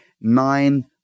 nine